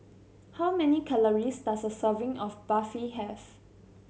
how many calories does a serving of Barfi have